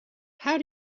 how